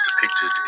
depicted